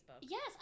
Yes